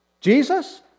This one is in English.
Jesus